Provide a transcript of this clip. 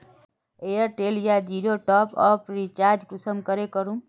Airtel या जियोर top up recharge कुंसम करे करूम?